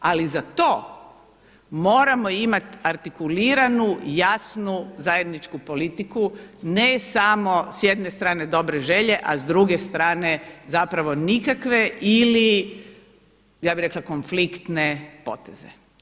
Ali za to moramo imati artikuliranu, jasnu, zajedničku politiku, ne samo s jedne strane dobre želje, a s druge strane zapravo nikakve ili ja bi rekla konfliktne poteze.